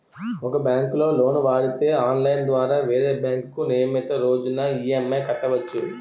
ఒక బ్యాంకులో లోను వాడితే ఆన్లైన్ ద్వారా వేరే బ్యాంకుకు నియమితు రోజున ఈ.ఎం.ఐ కట్టవచ్చు